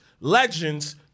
Legends